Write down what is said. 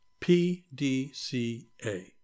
PDCA